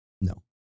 No